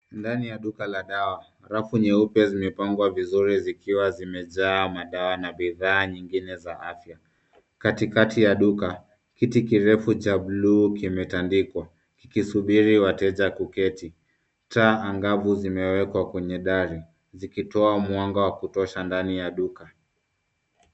Ndani ya duka la dawa rafu nyeupe zimepangwa vizuri zikiwa zimejaa madawa na bidhaa nyingine za afya. Katikati ya duka, kiti kirefu cha bluu kimetandikwa kikisubiri wateja kuketi. Taa angavu zimewekwa kwenye dari zikitoa mwanga wa kutosha ndani ya duka.